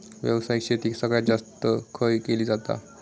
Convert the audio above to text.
व्यावसायिक शेती सगळ्यात जास्त खय केली जाता?